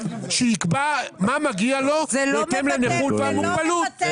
שיקבע מה מגיע לו מבחינת הנכות והמוגבלות.